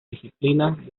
disciplinas